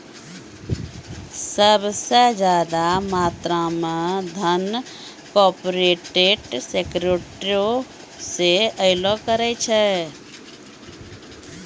सभ से ज्यादा मात्रा मे धन कार्पोरेटे सेक्टरो से अयलो करे छै